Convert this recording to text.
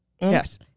Yes